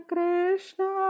Krishna